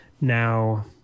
Now